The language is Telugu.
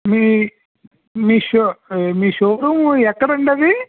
మీ మీ షో మీ షోరూము ఎక్కడండి అది